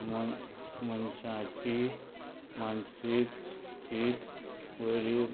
मन मनशाची मानसीक शीत वयरी